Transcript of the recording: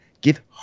Give